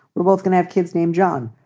we're both gonna have kids named john.